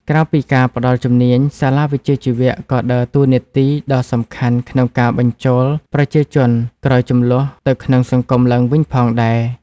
ក្រៅពីការផ្តល់ជំនាញ សាលាវិជ្ជាជីវៈក៏ដើរតួនាទីដ៏សំខាន់ក្នុងការបញ្ចូលប្រជាជនក្រោយជម្លោះទៅក្នុងសង្គមឡើងវិញផងដែរ។